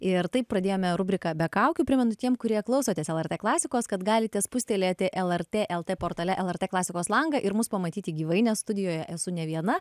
ir taip pradėjome rubriką be kaukių primenu tiem kurie klausotės lrt klasikos kad galite spustelėti lrt lt portale lrt klasikos langą ir mus pamatyti gyvai nes studijoje esu ne viena